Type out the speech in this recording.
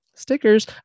stickers